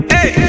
Hey